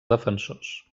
defensors